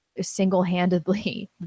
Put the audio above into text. single-handedly